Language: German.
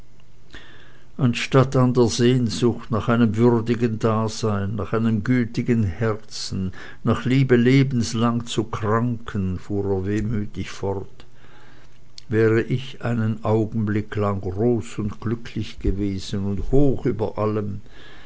anstatt an der sehnsucht nach einem würdigen dasein nach einem gütigen herzen nach liebe lebenslang zu kranken fuhr er wehmütig fort wäre ich einen augenblick lang groß und glücklich gewesen und hoch über allen